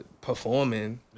performing